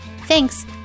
Thanks